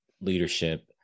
leadership